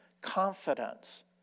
confidence